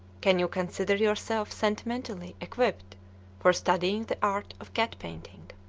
can you consider yourself sentimentally equipped for studying the art of cat painting.